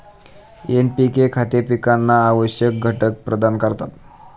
NPK खते पिकांना आवश्यक घटक प्रदान करतात